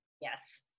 yes